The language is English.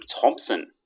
Thompson